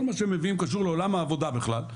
מה שהם מביאים קשור לעולם העבודה בכלל,